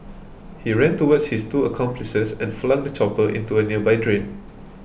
he ran towards his two accomplices and flung the chopper into a nearby drain